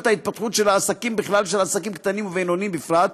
ההתפתחות של עסקים בכלל ושל עסקים קטנים ובינוניים בפרט,